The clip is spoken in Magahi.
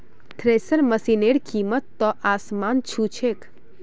थ्रेशर मशिनेर कीमत त आसमान छू छेक